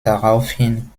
daraufhin